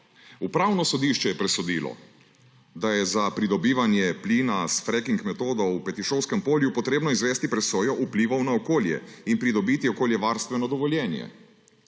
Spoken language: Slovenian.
Upravno sodišče je presodilo, da je za pridobivanje plina s fracking metodo v Petišovskem polju potrebno izvesti presojo vplivov na okolje in pridobiti okoljevarstveno dovoljenje.